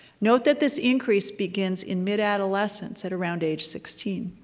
note that this increase begins in mid-adolescence, at around age sixteen.